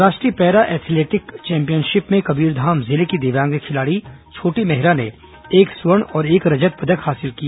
राष्ट्रीय para athletics championship में कबीरधाम जिले की दिव्यांग खिलाड़ी छोटी मेहरा ने एक स्वर्ण और एक रजत पदक हासिल किया